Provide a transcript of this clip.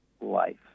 life